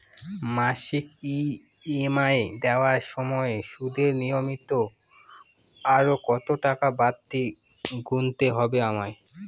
মাসিক ই.এম.আই দেওয়ার সময়ে সুদের নিমিত্ত আরো কতটাকা বাড়তি গুণতে হবে আমায়?